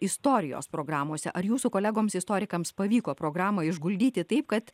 istorijos programose ar jūsų kolegoms istorikams pavyko programą išguldyti taip kad